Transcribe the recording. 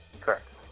Correct